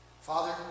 Father